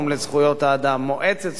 מועצת זכויות האדם של האו"ם,